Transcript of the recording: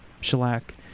Shellac